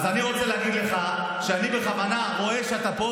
אז אני רוצה להגיד לך שאני בכוונה רואה שאתה פה,